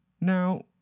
Now